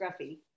scruffy